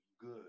good